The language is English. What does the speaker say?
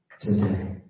today